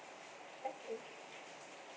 okay